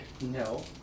No